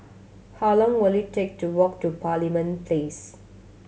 how long will it take to walk to Parliament Place